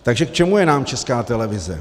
Takže k čemu je nám Česká televize?